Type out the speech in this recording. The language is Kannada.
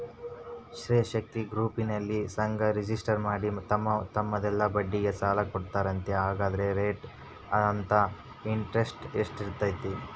ಸ್ತ್ರೇ ಶಕ್ತಿ ಗುಂಪಿನಲ್ಲಿ ಸಂಘ ರಿಜಿಸ್ಟರ್ ಮಾಡಿ ತಮ್ಮ ತಮ್ಮಲ್ಲೇ ಬಡ್ಡಿಗೆ ಸಾಲ ಕೊಡ್ತಾರಂತೆ, ಹಂಗಾದರೆ ರೇಟ್ ಆಫ್ ಇಂಟರೆಸ್ಟ್ ಎಷ್ಟಿರ್ತದ?